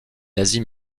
l’asie